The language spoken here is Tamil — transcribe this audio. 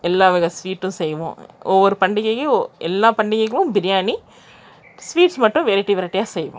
எல்லா வகை ஸ்வீட்டும் செய்வோம் ஒவ்வொரு பண்டிகையும் எல்லா பண்டிகைக்கும் பிரியாணி ஸ்வீட்ஸ் மட்டும் வெரைட்டி வெரைட்டியாக செய்வோம்